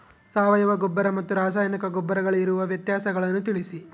ಸಾವಯವ ಗೊಬ್ಬರ ಮತ್ತು ರಾಸಾಯನಿಕ ಗೊಬ್ಬರಗಳಿಗಿರುವ ವ್ಯತ್ಯಾಸಗಳನ್ನು ತಿಳಿಸಿ?